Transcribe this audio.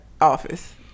office